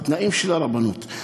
בתנאים של הרבנות.